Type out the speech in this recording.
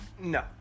No